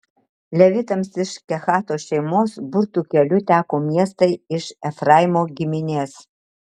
levitams iš kehato šeimos burtų keliu teko miestai iš efraimo giminės